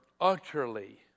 utterly